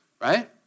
right